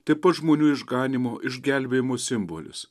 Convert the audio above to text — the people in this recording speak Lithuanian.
taip pat žmonių išganymo išgelbėjimo simbolis